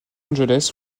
angeles